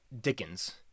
Dickens